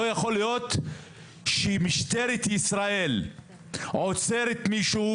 לא יכול להיות שמשטרת ישראל עוצרת מישהו